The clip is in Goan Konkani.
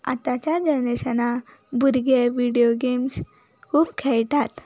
आतांच्या जनरेशना भुरगे विडयो गेम्स खूब खेळटात